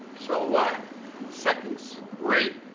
so we're second's great